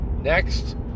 next